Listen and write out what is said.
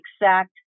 exact